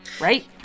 Right